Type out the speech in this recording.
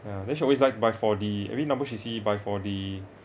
ya then she always like to buy four D every number she see buy four D